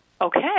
Okay